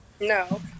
No